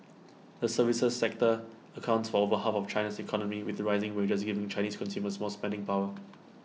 the services sector accounts for over half of China's economy with rising wages giving Chinese consumers more spending power